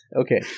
Okay